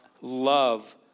love